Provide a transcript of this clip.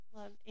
love